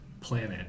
planet